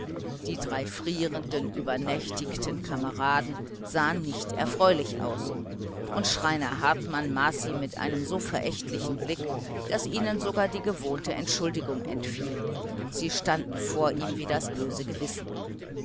die drei frierenden übernächtigen kameraden sahen nicht erfreulich aus und schreiner hartwig maß sie mit so verächtlichem blick daß ihnen sogar die gewohnte entschuldigung entfiel sie standen vor ihm wie das böse gewissen